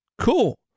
Cool